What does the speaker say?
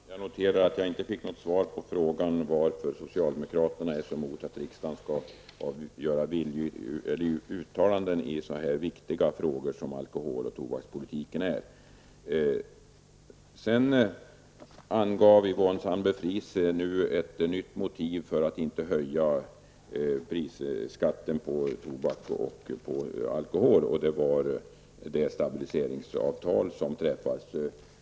Herr talman! Jag noterar att jag inte har fått något svar på min fråga om varför socialdemokraterna är så emot att riksdagen gör uttalanden i så viktiga frågor som frågorna om alkohol resp. tobakspolitiken är. Yvonne Sandberg-Fries angav nu ett nytt motiv för att inte höja skatten på tobak och alkohol. Det gäller då det stabiliseringsavtal som träffats.